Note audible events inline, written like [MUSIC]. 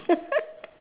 [LAUGHS]